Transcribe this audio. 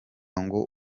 ngo